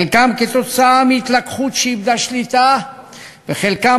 חלקם כתוצאה מהתלקחות שאיבדה שליטה וחלקם